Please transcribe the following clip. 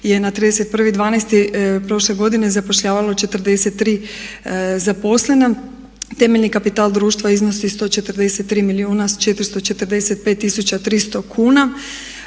je na 31.12.prošle godine zapošljavalo 43 zaposlena. Temeljni kapital društva iznosi 143 milijuna 445 300 kuna.